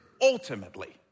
ultimately